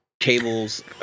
Cables